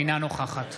אינה נוכחת